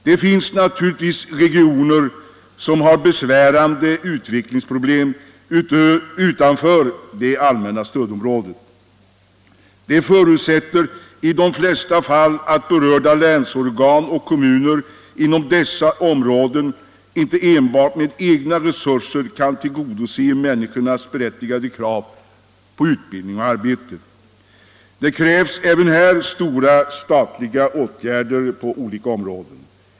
Det finns naturligtvis utanför det allmänna stödområdet regioner som har besvärande utvecklingsproblem. Det innebär i de flesta fall att berörda länsorgan och kommuner inte enbart med egna resurser kan tillgodose människornas berättigade krav på utbildning och arbete. Det krävs även stora statliga åtgärder på olika områden.